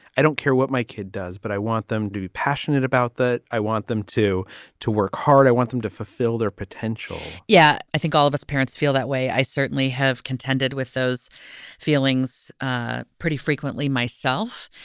i don't care what my kid does, but i want them to be passionate about that. i want them to to work hard. i want them to fulfill their potential yeah, i think all of us parents feel that way. i certainly have contended with those feelings ah pretty frequently myself.